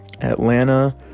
Atlanta